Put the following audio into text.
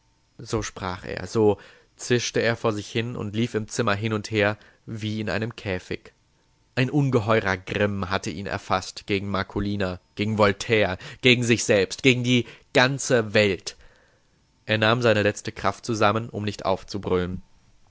so sprach er so zischte er vor sich hin und lief im zimmer hin und her wie in einem käfig ein ungeheurer grimm hatte ihn erfaßt gegen marcolina gegen voltaire gegen sich selbst gegen die ganze welt er nahm seine letzte kraft zusammen um nicht aufzubrüllen